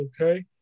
okay